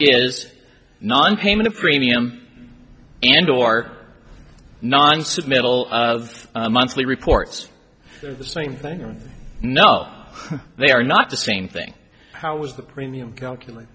is nonpayment of premium and or nonces middle of a monthly reports are the same thing and no they are not the same thing how was the premium calcul